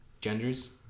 genders